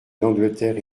l’angleterre